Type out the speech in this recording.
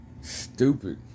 Stupid